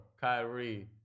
Kyrie